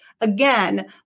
again